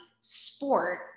sport